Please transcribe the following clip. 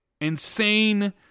insane